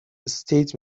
estate